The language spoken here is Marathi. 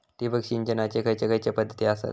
ठिबक सिंचनाचे खैयचे खैयचे पध्दती आसत?